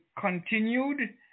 continued